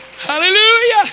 Hallelujah